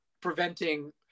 preventing –